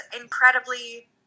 incredibly